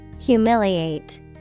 Humiliate